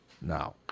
now